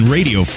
Radio